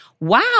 Wow